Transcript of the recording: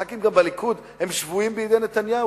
גם ח"כי הליכוד הם שבויים בידי נתניהו,